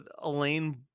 Elaine